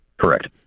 Correct